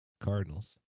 Cardinals